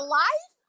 life